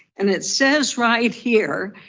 and it says right here,